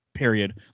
Period